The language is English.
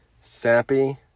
Sappy